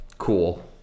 Cool